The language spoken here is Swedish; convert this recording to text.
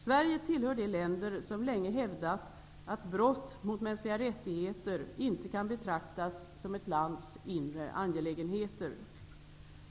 Sverige tillhör de länder som länge hävdat att brott mot mänskliga rättigheter inte kan betraktas som ett lands inre angelägenheter.